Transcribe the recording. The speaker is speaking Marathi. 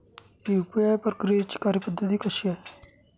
यू.पी.आय प्रक्रियेची कार्यपद्धती कशी आहे?